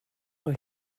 mae